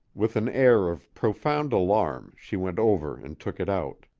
with an air of profound alarm, she went over and took it out.